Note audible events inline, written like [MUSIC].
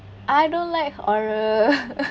I don't like horror [LAUGHS]